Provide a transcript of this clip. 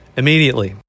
immediately